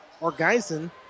Orgeisen